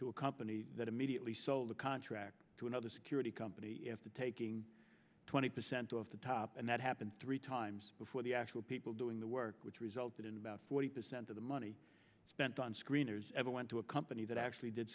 to a company that immediately sold a contract to another security company if the taking twenty percent off the top and that happened three times before the actual people doing the work which resulted in about forty percent of the money spent on screeners ever went to a company that actually did